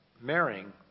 marrying